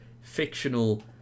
fictional